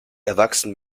erwachsen